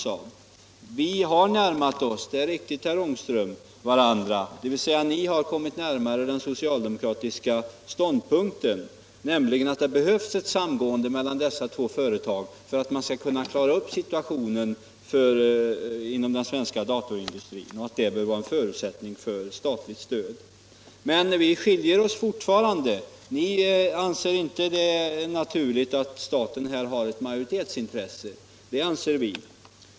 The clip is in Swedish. Det är riktigt att vi har närmat oss varandra, herr Ångström, dvs. ni har kommit närmare den socialdemokratiska ståndpunkten att det behövs ett samgående mellan dessa två företag och att en förutsättning för statligt stöd bör vara att man kan klara upp denna situation inom den svenska dataindustrin. Men vi skiljer oss fortfarande. Ni anser det inte naturligt att staten här har ett majoritetsintresse. Det anser vi.